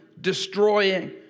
destroying